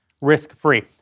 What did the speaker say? risk-free